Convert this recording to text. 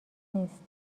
نیست